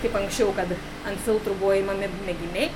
kaip anksčiau kad ant filtrų buvo imami mėginiai